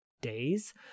days